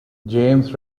james